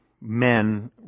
men